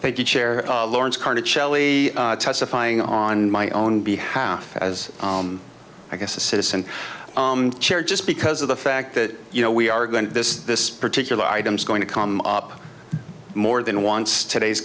thank you chair lawrence carney cheli testifying on my own behalf as i guess a citizen chair just because of the fact that you know we are going to this this particular items going to come up more than once today